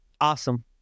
awesome